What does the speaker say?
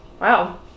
Wow